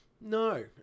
No